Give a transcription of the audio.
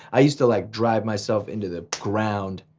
i used to like drive myself into the ground,